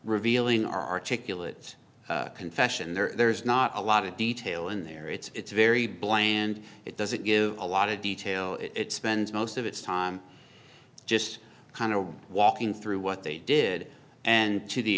revealing articulate confession there's not a lot of detail in there it's very bland it doesn't give a lot of detail it spends most of its time just kind of walking through what they did and to the